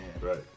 Right